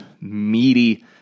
meaty